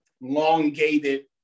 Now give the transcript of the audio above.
elongated